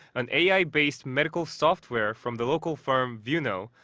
an ai-based medical software from the local firm vuno.